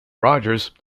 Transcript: rogers